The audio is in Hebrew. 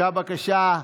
הוגשה בקשה.